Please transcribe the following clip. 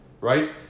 right